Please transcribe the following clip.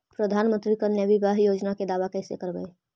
प्रधानमंत्री कन्या बिबाह योजना के दाबा कैसे करबै?